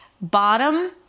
bottom